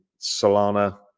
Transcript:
Solana